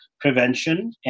prevention